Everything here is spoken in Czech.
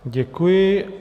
Děkuji.